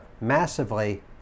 massively